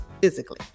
physically